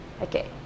okay